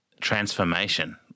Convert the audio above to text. transformation